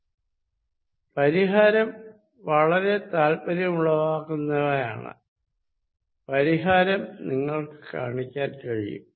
ഇതിനുള്ള പരിഹാരം വളരെ താല്പര്യമുളവാക്കുന്നതാണ് പരിഹാരം നിങ്ങൾക്ക് കാണിക്കാൻ കഴിയും